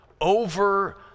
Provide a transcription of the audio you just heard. over